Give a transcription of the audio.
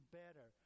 better